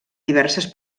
diverses